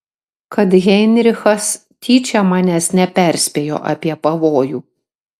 kad heinrichas tyčia manęs neperspėjo apie pavojų